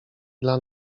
dla